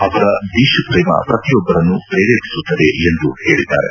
ಅವರ ದೇಶಪ್ರೇಮ ಪ್ರತಿಯೊಬ್ಬರನ್ನು ಪ್ರೇರೇಪಿಸುತ್ತದೆ ಎಂದು ಹೇಳದ್ದಾರೆ